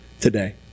today